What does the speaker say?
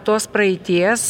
tos praeities